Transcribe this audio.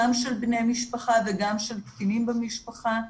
גם של בני משפחה וגם של קטינים במשפחה.